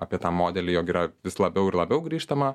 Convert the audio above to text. apie tą modelį jog yra vis labiau ir labiau grįžtama